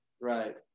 Right